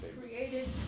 created